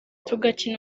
tugakina